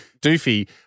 Doofy